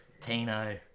Tino